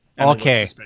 Okay